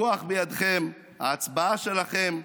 הכוח בידכם, ההצבעה שלכם.